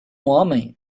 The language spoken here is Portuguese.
homem